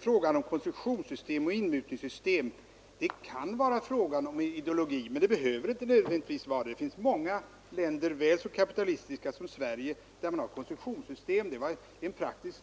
Frågan om ett koncessionssystem eller ett inmutningssystem kan vara en fråga om ideologi, men den behöver inte nödvändigtvis vara det. Det finns många länder — väl så kapitalistiska som Sverige — där man har koncessionssystem. Det är mera en praktisk